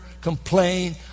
complain